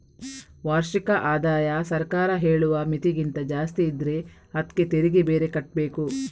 ವಾರ್ಷಿಕ ಆದಾಯ ಸರ್ಕಾರ ಹೇಳುವ ಮಿತಿಗಿಂತ ಜಾಸ್ತಿ ಇದ್ರೆ ಅದ್ಕೆ ತೆರಿಗೆ ಬೇರೆ ಕಟ್ಬೇಕು